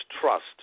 trust